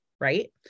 Right